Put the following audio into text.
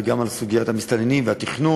וגם על הטיפול בסוגיית המסתננים ובתכנון